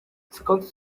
skąd